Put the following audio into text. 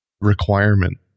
requirement